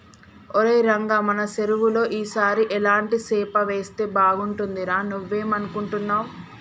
ఒరై రంగ మన సెరువులో ఈ సారి ఎలాంటి సేప వేస్తే బాగుంటుందిరా నువ్వేం అనుకుంటున్నావ్